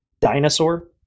dinosaur